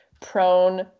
prone